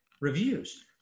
reviews